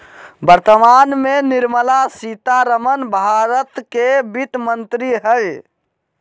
वर्तमान में निर्मला सीतारमण भारत के वित्त मंत्री हइ